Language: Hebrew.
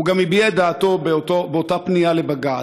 הוא גם הביע את דעתו באותה פנייה לבג"ץ.